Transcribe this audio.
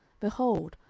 behold,